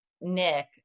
Nick